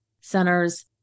centers